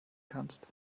kannst